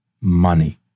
money